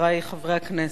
חברי חברי הכנסת,